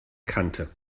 kante